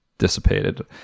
dissipated